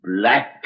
Black